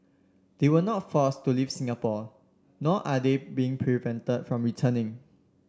they were not forced to leave Singapore nor are they being prevented from returning